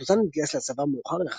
דותן התגייס לצבא מאוחר יחסית,